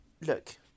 Look